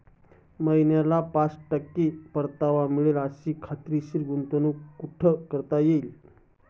महिन्याला पाच टक्के परतावा मिळेल अशी खात्रीशीर गुंतवणूक कुठे करता येईल?